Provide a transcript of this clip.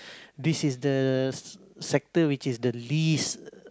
this is the s~ sector which is the least